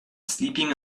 sleeping